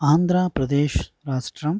ఆంధ్రప్రదేశ్ రాష్ట్రం